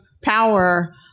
power